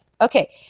Okay